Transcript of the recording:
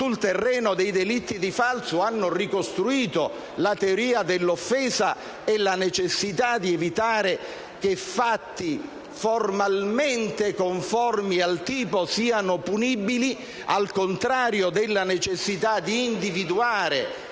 sul terreno dei delitti di falso hanno ricostruito la teoria dell'offesa e la necessità di evitare che fatti formalmente conformi al tipo siano punibili, al contrario della necessità di individuare,